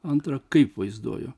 antra kaip vaizduoji